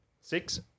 Six